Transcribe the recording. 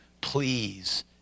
please